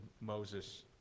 Moses